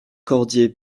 cordier